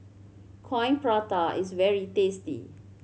Coin Prata is very tasty